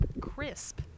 Crisp